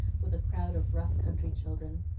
with a crowd of rough country children.